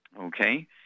okay